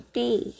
day